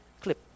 clip